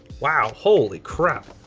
wow. holy crap.